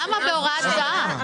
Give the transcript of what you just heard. למה בהוראת שעה?